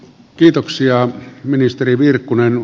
kiitoksia ministeri virkkunen